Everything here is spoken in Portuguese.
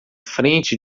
frente